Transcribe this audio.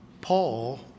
Paul